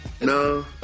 No